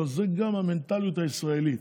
אבל זה גם המנטליות הישראלית,